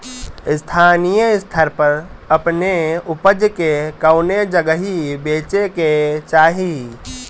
स्थानीय स्तर पर अपने ऊपज के कवने जगही बेचे के चाही?